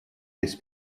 this